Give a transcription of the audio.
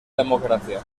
democracia